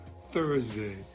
Thursday